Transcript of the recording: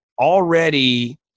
already